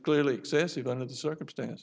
clearly excessive under the circumstance